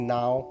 now